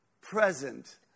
present